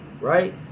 right